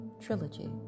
Trilogy